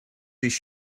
these